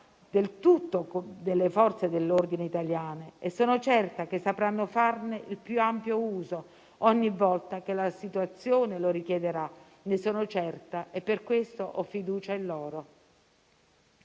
di tutte le Forze dell'ordine italiane e sono certa che sapranno farne il più ampio uso ogni volta che la situazione lo richiederà. Ne sono certa e per questo ho fiducia in loro.